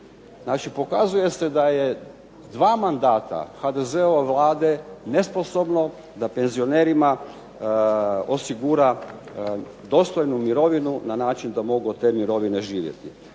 Znači, pokazuje se da je dva mandata HDZ-ove Vlade nesposobno da penzionerima osigura dostojnu mirovinu na način da mogu od te mirovine živjeti.